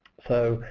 so,